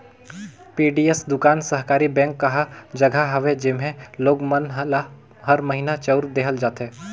PDS दुकान सहकारी bank कहा जघा हवे जेम्हे लोग मन ल हर महिना चाँउर देहल जाथे